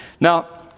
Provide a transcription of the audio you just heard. Now